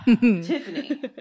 Tiffany